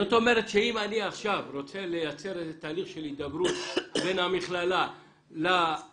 זאת אומרת שאם אני עכשיו רוצה לייצר תהליך של הידברות בין המכללה למכון,